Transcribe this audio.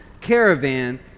caravan